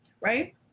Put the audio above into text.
right